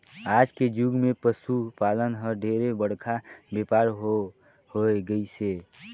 आज के जुग मे पसु पालन हर ढेरे बड़का बेपार हो होय गईस हे